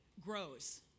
grows